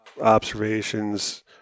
observations